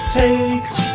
takes